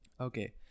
okay